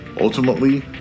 Ultimately